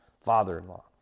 father-in-law